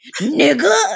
nigga